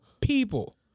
people